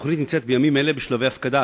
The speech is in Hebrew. התוכנית נמצאת בימים אלה בשלבי הפקדה,